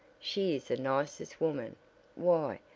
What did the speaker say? she is the nicest woman why,